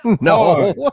No